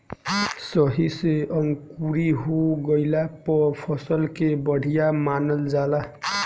सही से अंकुरी हो गइला पर फसल के बढ़िया मानल जाला